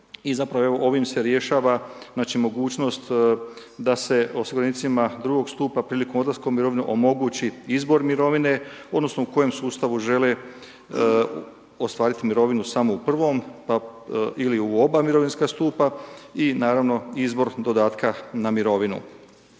i zapravo ovim se rješava znači mogućnost da se osiguranicima drugog stupa prilikom odlaska u mirovinu omogućiti izbor mirovine odnosno u kojem sustavu žele ostvariti mirovinu samo u prvom ili u oba mirovinska stupa i naravno, izbor dodatka na mirovinu.